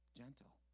gentle